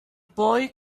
boy